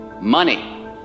money